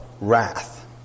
wrath